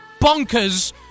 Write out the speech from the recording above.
bonkers